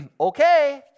okay